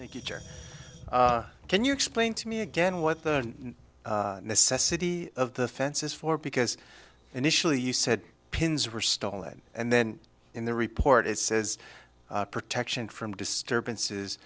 thank you joe can you explain to me again what the necessity of the fence is for because initially you said pins were stolen and then in the report it says protection from disturbances